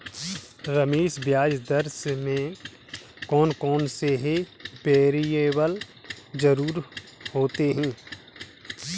रमेश ब्याज दर में कौन कौन से वेरिएबल जरूरी होते हैं?